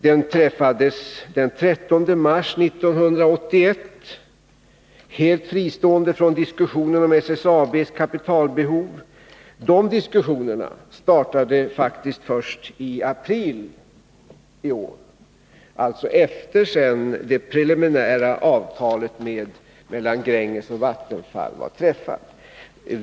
Den träffades den 13 mars 1981, helt fristående från diskussionen om SSAB:s kapitalbehov. Den diskussionen startade faktiskt först i aprili år, alltså efter det att det preliminära avtalet mellan Gränges och Vattenfall hade träffats.